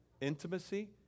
intimacy